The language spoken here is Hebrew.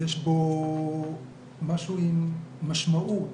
יש בו משהו עם משמעות,